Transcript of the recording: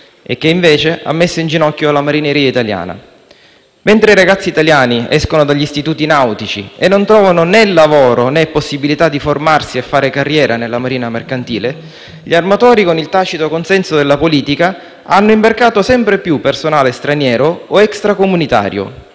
e che, invece, ha messo in ginocchio la marineria italiana. Mentre i ragazzi italiani escono dagli istituti nautici e non trovano lavoro né possibilità di formarsi e fare carriera nella marina mercantile, gli armatori, con il tacito consenso della politica, hanno imbarcato sempre più personale straniero o extracomunitario,